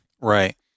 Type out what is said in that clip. Right